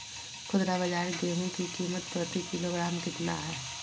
खुदरा बाजार गेंहू की कीमत प्रति किलोग्राम कितना है?